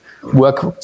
Work